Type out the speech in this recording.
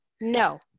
No